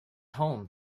home